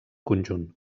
conjunt